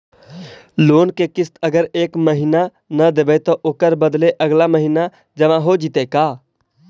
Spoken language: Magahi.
लोन के किस्त अगर एका महिना न देबै त ओकर बदले अगला महिना जमा हो जितै का?